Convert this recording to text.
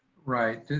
right.